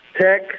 Tech